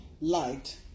light